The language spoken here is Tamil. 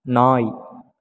நாய்